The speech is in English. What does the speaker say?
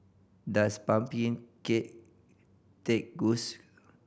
does pumpkin cake taste good